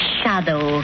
shadow